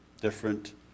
Different